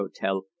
Hotel